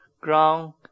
ground